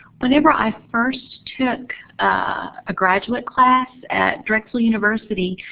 whenever i first took a graduate class at drexel university,